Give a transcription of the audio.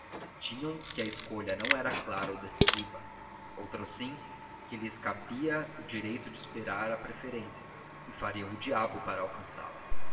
tinham que a escolha não era clara ou decisiva outrossim que lhes cabia o direito de esperar a preferência e fariam o diabo para alcançá-la